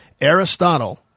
Aristotle